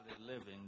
living